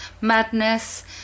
Madness